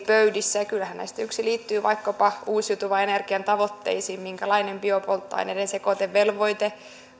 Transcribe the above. pöydissä ja kyllähän näistä yksi liittyy vaikkapa uusiutuvan energian tavoitteisiin minkälainen biopolttoaineiden sekoitevelvoite